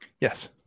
Yes